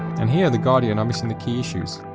and here the guardian are missing the key issues.